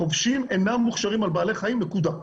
חובשים אינם מוכשרים על בעלי חיים, נקודה.